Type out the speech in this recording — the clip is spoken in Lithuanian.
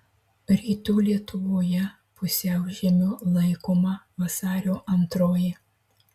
rytų lietuvoje pusiaužiemiu laikoma vasario antroji